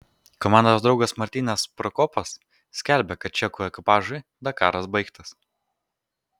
komandos draugas martinas prokopas skelbia kad čekų ekipažui dakaras baigtas